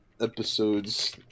episodes